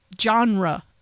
genre